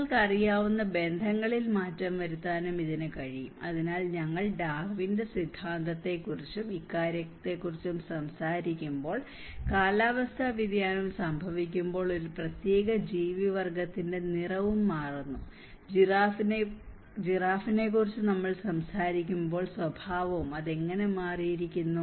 നിങ്ങൾക്ക് അറിയാവുന്ന ബന്ധങ്ങളിൽ മാറ്റം വരുത്താനും ഇതിന് കഴിയും അതിനാൽ ഞങ്ങൾ ഡാർവിന്റെ സിദ്ധാന്തത്തെക്കുറിച്ചും ഇക്കാര്യങ്ങളെക്കുറിച്ചും സംസാരിക്കുമ്പോൾ കാലാവസ്ഥാ വ്യതിയാനം സംഭവിക്കുമ്പോൾ ഒരു പ്രത്യേക ജീവിവർഗത്തിന്റെ നിറവും മാറുന്നു ജിറാഫിനെക്കുറിച്ച് നമ്മൾ സംസാരിക്കുന്നതുപോലെ സ്വഭാവവും അത് എങ്ങനെ മാറിയിരിക്കുന്നു